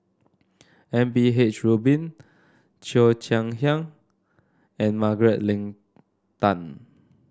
M P H Rubin Cheo Chai Hiang and Margaret Leng Tan